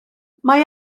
mae